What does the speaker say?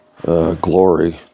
glory